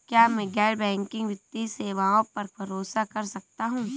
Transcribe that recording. क्या मैं गैर बैंकिंग वित्तीय सेवाओं पर भरोसा कर सकता हूं?